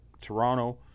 Toronto –